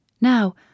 Now